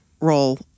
role